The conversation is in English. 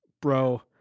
bro